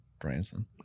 Branson